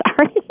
sorry